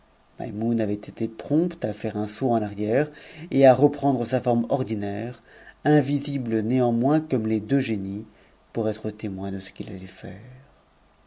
avait été prompte à faire un saut en arrière et à reprendre sa forme ordinaire invisible néanmoins comme les deux génies pour être témoin de ce qu'il allait faire